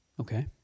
okay